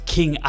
King